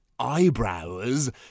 eyebrows